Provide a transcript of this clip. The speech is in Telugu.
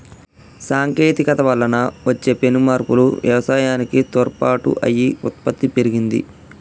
సాంకేతికత వలన వచ్చే పెను మార్పులు వ్యవసాయానికి తోడ్పాటు అయి ఉత్పత్తి పెరిగింది